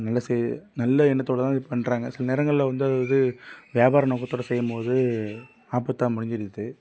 நல்ல செய் நல்ல எண்ணத்தோடு தான் இது பண்ணுறாங்க சில நேரங்களில் வந்து அதாவது வியாபார நோக்கத்தோடு செய்யும் போது ஆபத்தாக முடிஞ்சுடுது